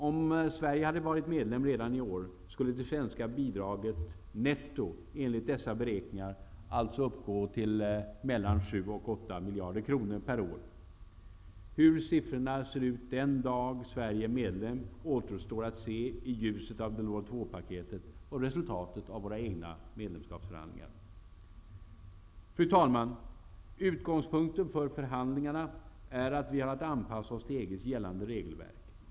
Om Sverige hade varit medlem redan i år skulle det svenska nettobidraget enligt dessa beräkningar alltså uppgå till mellan 7 och 8 miljarder kronor per år. Hur siffrorna ser ut den dag Sverige är medlem återstår att se i ljuset av Delors II-paketet och resultatet av våra medlemskapsförhandlingar. Fru talman! Utgångspunkten för förhandlingarna är att vi har att anpassa oss till EG:s gällande regelverk.